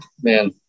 man